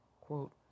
quote